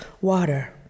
water